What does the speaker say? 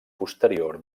posterior